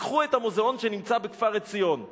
תיקחו את המוזיאון שנמצא בכפר-עציון,